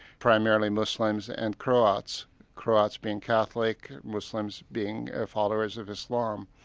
primarily muslims and croats croats being catholic, muslims being ah followers of islam.